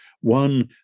one